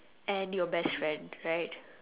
and your best friend right